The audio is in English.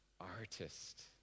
artist